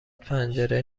پنجره